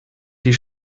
die